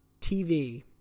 tv